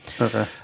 Okay